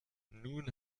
nun